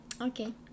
Okay